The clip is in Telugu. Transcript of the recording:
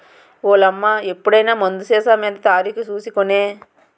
ఓలమ్మా ఎప్పుడైనా మందులు సీసామీద తారీకు సూసి కొనే